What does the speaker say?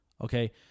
okay